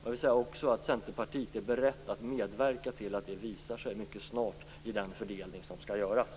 Jag vill också säga att Centerpartiet är berett att medverka till att det visar sig mycket snart i den fördelning som skall göras.